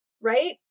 right